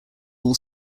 all